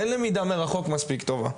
אין למידה מרחוק מספיק טובה.